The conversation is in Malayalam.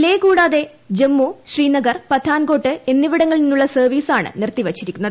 ലേ കൂടാതെ ജമ്മു ശ്രീനഗർ പത്താൻകോട്ട് എന്നിവിടങ്ങളിൽ നിന്നുള്ള സർവ്വീസാണ് നിർത്തിവ്വിച്ചിരിക്കുന്നത്